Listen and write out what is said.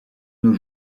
nos